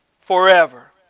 forever